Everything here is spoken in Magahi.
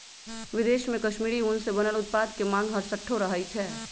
विदेश में कश्मीरी ऊन से बनल उत्पाद के मांग हरसठ्ठो रहइ छै